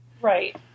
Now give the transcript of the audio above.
Right